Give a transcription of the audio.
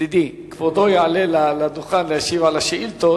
ישיב על שאילתא